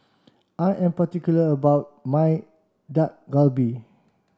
I am particular about my Dak Galbi